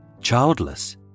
childless